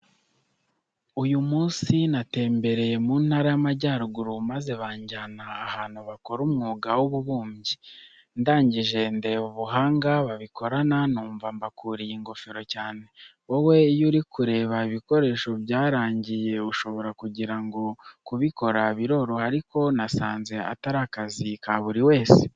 Uyu munsi natembereye mu Ntara y'Amajyaruguru maze banjyana ahantu bakora umwuga w'ububumbyi, ndangije ndeba ubuhanga babikorana numva mbakuriye ingofero cyane. Wowe iyo uri kureba ibikoresho byarangiye ushobora kugira ngo kubikora biroroha ariko nasanze atari akazi ka buri wese.